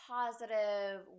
positive